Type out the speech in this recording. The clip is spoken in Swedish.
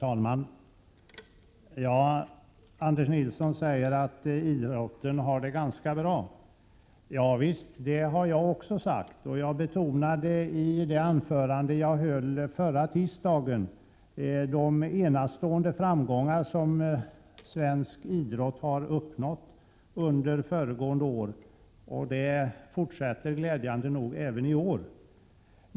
Herr talman! Anders Nilsson säger att idrotten har det ganska bra. Det har också jag sagt, och jag betonade det i det anförande jag höll förra tisdagen här i kammaren. Svensk idrott har under föregående år uppnått enastående framgångar, och framgångarna fortsätter även i år, glädjande nog.